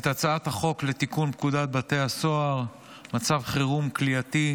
את הצעת החוק לתיקון פקודת בתי הסוהר (מצב חירום כליאתי)